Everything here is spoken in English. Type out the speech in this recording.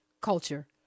culture